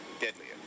deadlier